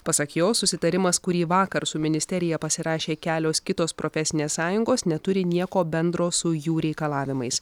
pasak jo susitarimas kurį vakar su ministerija pasirašė kelios kitos profesinės sąjungos neturi nieko bendro su jų reikalavimais